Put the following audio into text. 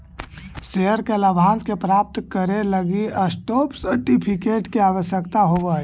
share के लाभांश के प्राप्त करे लगी स्टॉप सर्टिफिकेट के आवश्यकता होवऽ हइ